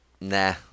nah